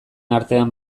artean